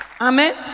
Amen